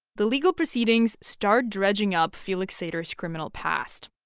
the legal proceedings start dredging up felix sater's criminal past,